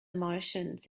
martians